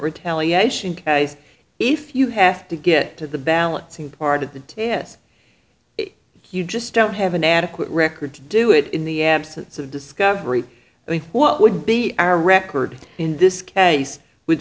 retaliation if you have to get to the ballots in part of the yes you just don't have an adequate record to do it in the absence of discovery what would be our record in this case with